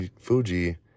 Fuji